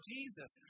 Jesus